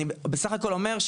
אני בסך הכול אומר,